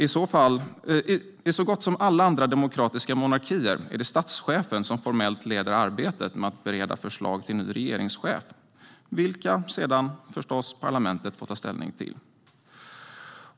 I så gott som alla andra demokratiska monarkier är det statschefen som formellt leder arbetet med att bereda förslag till ny regeringschef, vilket sedan - förstås - parlamentet får ta ställning till.